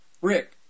Rick